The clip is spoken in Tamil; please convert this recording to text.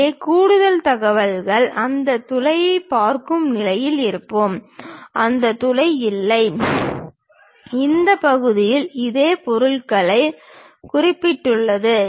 இங்கே கூடுதல் தகவல்கள் அந்த துளை பார்க்கும் நிலையில் இருப்போம் அந்த துளை இல்லை இந்த பகுதியும் இதே பொருளைக் கொண்டுள்ளது